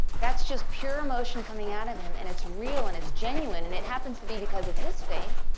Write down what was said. that's just pure emotion coming out of him and it's real and it's genuine and it happens to be because of his faith.